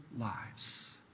lives